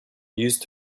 used